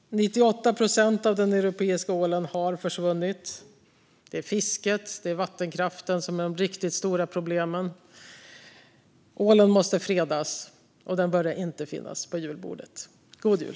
98 procent av den europeiska ålen har försvunnit. Det är fisket och vattenkraften som är de riktigt stora problemen. Ålen måste fredas, och den bör inte finnas på julbordet. God jul!